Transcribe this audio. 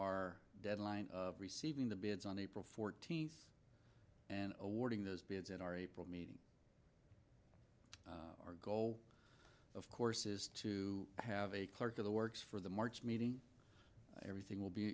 our deadline of receiving the bids on april fourteenth and awarding those bids in our april meeting our goal of course is to have a clerk of the works for the march meeting everything will be